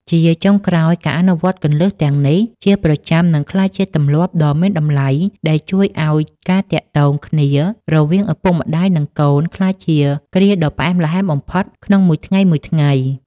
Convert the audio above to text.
ជាចុងក្រោយ ការអនុវត្តគន្លឹះទាំងនេះជាប្រចាំនឹងក្លាយជាទម្លាប់ដ៏មានតម្លៃ ដែលជួយឱ្យការទាក់ទងគ្នារវាងឪពុកម្ដាយ និងកូនក្លាយជាគ្រាដ៏ផ្អែមល្ហែមបំផុតក្នុងមួយថ្ងៃៗ។